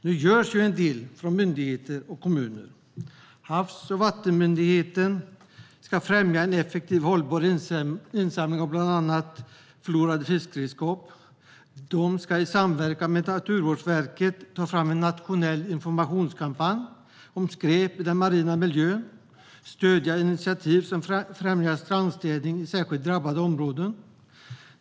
Nu görs det ju en del från myndigheters och kommuners sida. Havs och vattenmyndigheten ska främja effektiv och hållbar insamling av bland annat förlorade fiskeredskap, i samverkan med Naturvårdsverket ta fram en nationell informationskampanj om skräp i den marina miljön och stödja initiativ som främjar strandstädning i särskilt drabbade områden.